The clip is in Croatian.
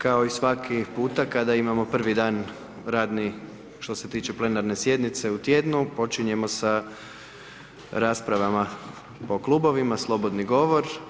Kao i svaki puta kada imamo prvi dan radni što se tiče plenarne sjednice u tjednu počinjemo sa raspravama po klubovima, slobodni govor.